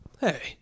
Hey